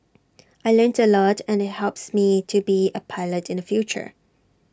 I learnt A lot and IT helps me to be A pilot in the future